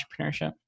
entrepreneurship